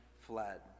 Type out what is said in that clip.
fled